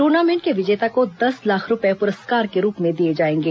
tournament के विजेता को दस लाख रूपये पुरस्कार के रूप में दिए जाएंगे